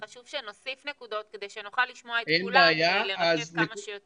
חשוב שנוסיף נקודות כדי שנוכל לשמוע את כולם ולרכז כמה שיותר.